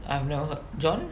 I have never heard john